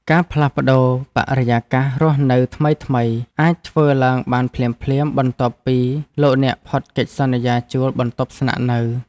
ការផ្លាស់ប្តូរបរិយាកាសរស់នៅថ្មីៗអាចធ្វើឡើងបានភ្លាមៗបន្ទាប់ពីលោកអ្នកផុតកិច្ចសន្យាជួលបន្ទប់ស្នាក់នៅ។